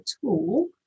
tool